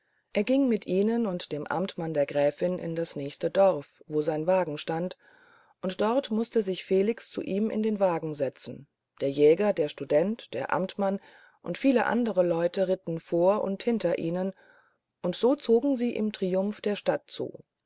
er ging mit ihnen und dem amtmann der gräfin in das nächste dorf wo sein wagen stand und dort mußte sich felix zu ihm in den wagen setzen der jäger der student der amtmann und viele andere leute ritten vor und hinter ihnen und so zogen sie im triumph der stadt zu